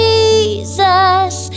Jesus